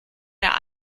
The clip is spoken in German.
der